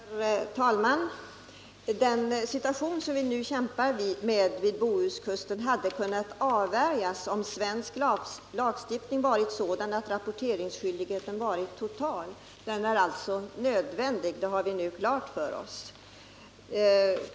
Herr talman! Den situation som vi nu kämpar med vid Bohuskusten hade kunnat avvärjas om svensk lagstiftning varit sådan att rapporteringsskyldigheten varit total. Denna skyldighet är alltså nödvändig —det har vi nu klart för OSS.